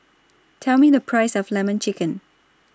Tell Me The Price of Lemon Chicken